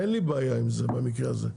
אין לי בעיה עם זה במקרה הזה,